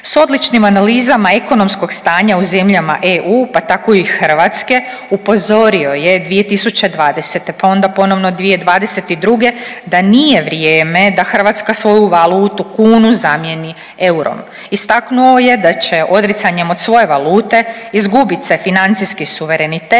s odličnim analizama ekonomskog stanja u zemljama EU, pa tako i Hrvatske, upozorio je 2020., pa onda ponovno 2022. da nije vrijeme da Hrvatska svoju valutu kunu zamijeni eurom. Istaknuo je da će odricanjem od svoje valute izgubit se financijski suverenitet,